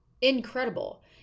incredible